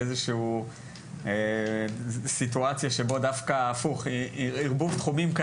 איזו שהיא סיטואציה של ערבוב תחומים.